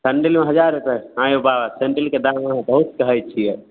सेंडिलमे हजार रूपैआ आ यौ बाबा सेंडिलके दाम अहाँ बहुत कहैत छियै